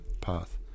path